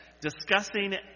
discussing